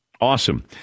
Awesome